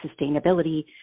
sustainability